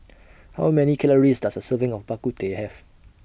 How Many Calories Does A Serving of Bak Kut Teh Have